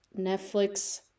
netflix